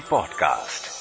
Podcast